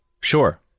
sure